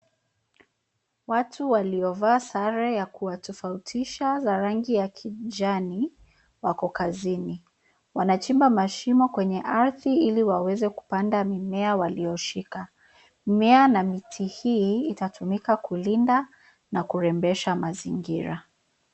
Watu waliovaa sare ya kuwatofautisha za rangi ya kijani wako kazini. Wanachimba shimo kwenye ardhi ili waweze kupanda mimea waliyoshika. Mimea na miti hii itatumika kulinda na kurembesha mazingira.